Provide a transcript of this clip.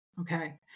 Okay